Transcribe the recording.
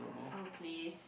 oh please